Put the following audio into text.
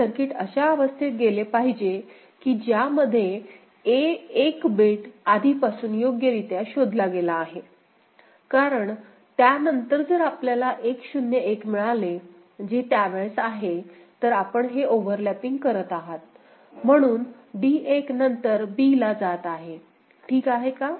तर सर्किट अशा अवस्थेत गेले पाहिजे की ज्यामध्ये a 1 बिट आधीपासून योग्यरित्या शोधला गेला आहे कारण त्या नंतर जर आपल्याला 1 0 1 मिळाले जे त्यावेळेस आहे तर आपण हे ओव्हरलॅपिंग करत आहात म्हणून d 1 नंतर b ला जात आहे ठीक आहे का